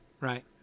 right